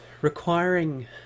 requiring